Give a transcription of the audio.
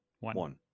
one